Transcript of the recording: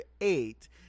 eight